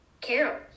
Carol